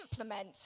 implement